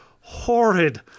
horrid